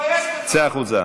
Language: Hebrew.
תתבייש לך.